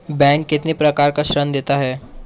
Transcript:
Bank कितने प्रकार के ऋण देता है?